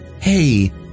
hey